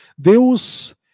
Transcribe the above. Deus